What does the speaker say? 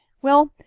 well,